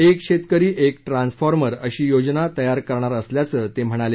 एक शेतकरी एक ट्रान्सफॉर्मर अशी योजना तयार करणार असल्याचं ते म्हणाले